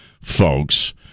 folks